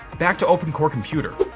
back to opencore computer,